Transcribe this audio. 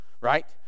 right